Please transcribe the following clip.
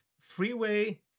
freeway